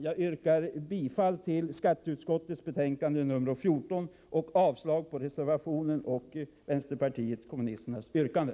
Jag yrkar bifall till skatteutskottets hemställan i betänkandet nr 14 och avslag på reservationen och på vänsterpartiet kommunisternas yrkande.